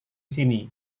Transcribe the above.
sini